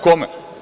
Kome?